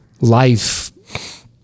life